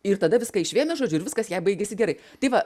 ir tada viską išvėmė žodžiu ir viskas jai baigėsi gerai tai va